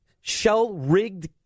shell-rigged